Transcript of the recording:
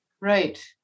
Right